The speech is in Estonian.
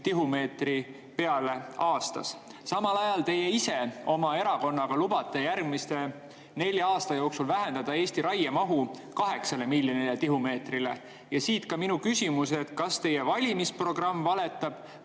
tihumeetri peale aastas. Samal ajal teie ise oma erakonnaga lubate järgmise nelja aasta jooksul vähendada Eesti raiemahu 8 miljonile tihumeetrile. Ja siit ka minu küsimus. Kas teie valimisprogramm valetab